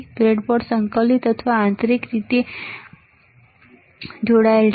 breadboard સંકલિત છે અથવા આંતરિક રીતે તે આંતરિક રીતે જોડાયેલ છે